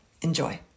Enjoy